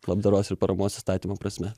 labdaros ir paramos įstatymo prasme